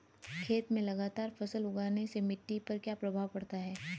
खेत में लगातार फसल उगाने से मिट्टी पर क्या प्रभाव पड़ता है?